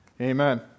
Amen